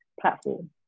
platform